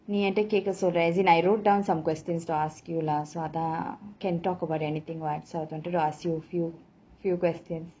நீ என்ட கேக்க சொல்ற:nee yaenda keka solra as in I wrote down some questions to ask you lah அதான்:athaan can talk about anything what so I wanted to ask you few few questions